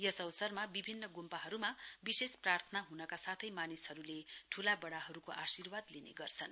यस अवसरमा विभिन्न ग्रम्पाहरूमा विशेष प्रार्थना ह्नका साथै मानिसहरूले ठूलावडाहरूको आर्शिवाद लिने गर्छन्